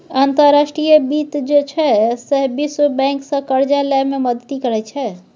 अंतर्राष्ट्रीय वित्त जे छै सैह विश्व बैंकसँ करजा लए मे मदति करैत छै